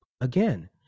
again